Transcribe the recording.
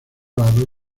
lado